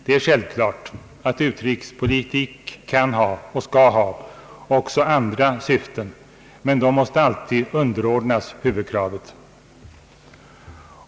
Det är självklart att utrikespolitik kan ha, och bör ha, också andra syften, men de måste alltid underordnas huvudkravet.